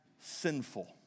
Sinful